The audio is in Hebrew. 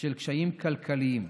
של קשיים כלכליים.